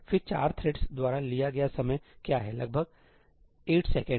फिर 4 थ्रेड्स द्वारा लिया गया समय क्या है लगभग 8 सेकंड